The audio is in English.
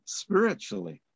spiritually